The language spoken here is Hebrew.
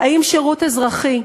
האם שירות אזרחי,